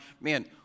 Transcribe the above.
man